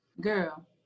girl